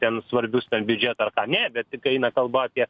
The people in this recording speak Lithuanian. ten svarbius ten biudžetą ar ką ne bet kai eina kalba apie